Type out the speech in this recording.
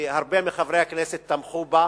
והרבה מחברי הכנסת תמכו בה.